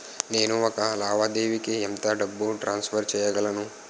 నేను ఒక లావాదేవీకి ఎంత డబ్బు ట్రాన్సఫర్ చేయగలను?